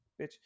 bitch